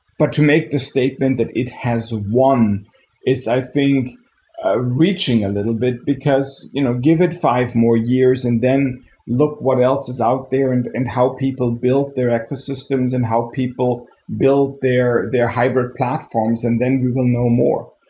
but to make the statement that it has one is i think reaching a little bit, because you know given five more years and then look what else is out there and help people build their eco systems and how people build their their hybrid platforms, and then we will know more.